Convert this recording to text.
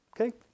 Okay